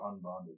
unbonded